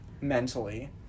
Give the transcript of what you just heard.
Mentally